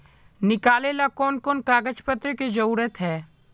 निकाले ला कोन कोन कागज पत्र की जरूरत है?